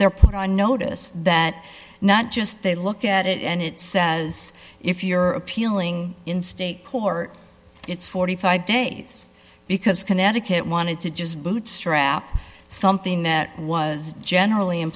they're put on notice that not just they look at it and it says if you're appealing in state court it's forty five dollars days because connecticut wanted to just bootstrap something that was generally in